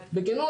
בכנות.